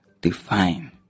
define